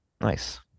nice